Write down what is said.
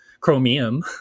Chromium